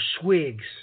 swigs